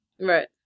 Right